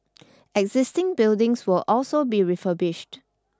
existing buildings will also be refurbished